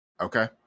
Okay